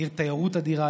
לעיר תיירות אדירה,